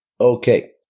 okay